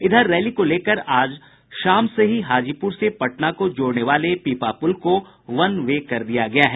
इधर रैली को लेकर आज शाम से ही हाजीपुर से पटना को जोड़ने वाले पीपा पुल को वन वे कर दिया गया है